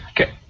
Okay